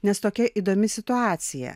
nes tokia įdomi situacija